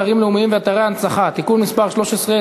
אתרים לאומיים ואתרי הנצחה (תיקון מס' 13),